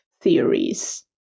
theories